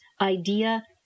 idea